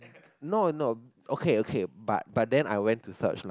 no no okay okay but but then I went to search like